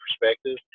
perspective –